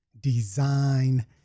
design